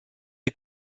est